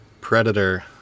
predator